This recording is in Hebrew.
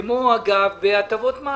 כמו בהטבות מס